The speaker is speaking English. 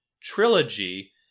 trilogy